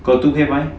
got two K five